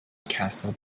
castle